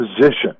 position